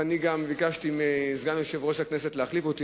ואני ביקשתי מסגן יושב-ראש הכנסת להחליף אותי,